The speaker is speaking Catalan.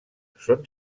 son